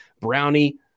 brownie